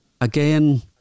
again